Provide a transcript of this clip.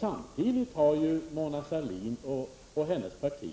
Samtidigt har Mona Sahlin och hennes parti